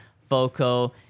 FOCO